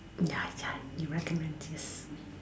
ya ya you recommend it